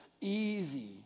easy